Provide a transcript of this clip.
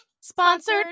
Sponsored